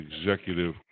Executive